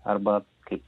arba kaip